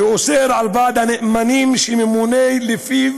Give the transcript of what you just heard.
שאוסר על ועד הנאמנים שממונה לפיו